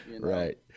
Right